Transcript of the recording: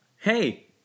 Hey